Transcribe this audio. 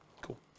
Cool